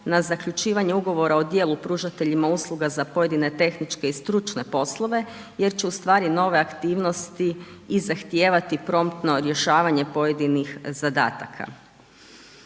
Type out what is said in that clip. na zaključivanje ugovora o dijelu pružateljima usluga za pojedine tehničke i stručne poslove, jer će ustvari nove aktivnosti i zahtijevati promptno rješavanje pojedinih zadataka.